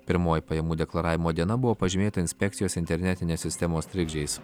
pirmoji pajamų deklaravimo diena buvo pažymėta inspekcijos internetinės sistemos trikdžiais